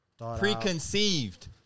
preconceived